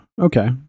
Okay